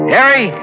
Harry